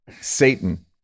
satan